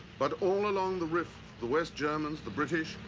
but all along the rift, the west germans, the british,